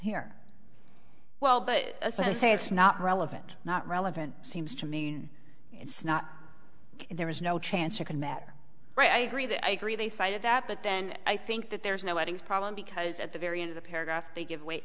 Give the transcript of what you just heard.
here well but i say it's not relevant not relevant seems to mean it's not there is no chance you can matter right i agree that i agree they cited that but then i think that there's no weddings problem because at the very end of the paragraph they give way